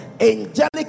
angelic